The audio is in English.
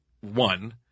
one